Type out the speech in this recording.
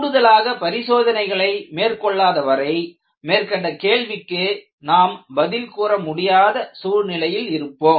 கூடுதலாக பரிசோதனைகளை மேற்கொள்ளாத வரை மேற்கண்ட கேள்விக்கு நாம் பதில் கூற முடியாத சூழ்நிலையில் இருப்போம்